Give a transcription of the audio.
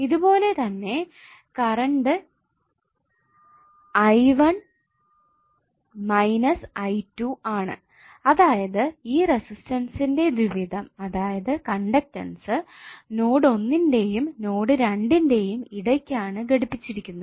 ഇതുപോലെതന്നെ current I one minus I two ആണ് അതായത് ഈ റസിസ്റ്റൻസ്ന്റെ ദ്വിവിധം അതായത് കണ്ടക്ടൻസ് നോഡ് ഒന്നിന്റെയും നോഡ് രണ്ടിന്റെയും ഇടയ്ക്കാണ് ഘടിപ്പിച്ചിരിക്കുന്നത്